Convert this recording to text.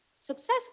successful